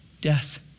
Death